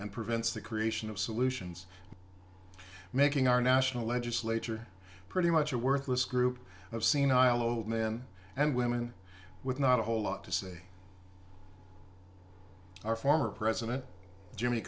and prevents the creation of solutions making our national legislature pretty much a worthless group of senile old men and women with not a whole lot to say our former president jimmy